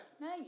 nice